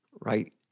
right